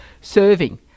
serving